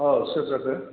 औ सोर जाखो